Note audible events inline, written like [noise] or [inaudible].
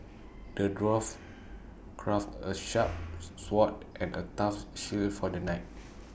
the dwarf crafted A sharp [unintelligible] sword and A tough shield for the knight